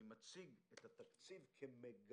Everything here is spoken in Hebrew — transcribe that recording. אני מציג את התקציב כמגמה,